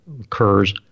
occurs